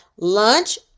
lunch